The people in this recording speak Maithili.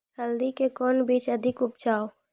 हल्दी के कौन बीज अधिक उपजाऊ?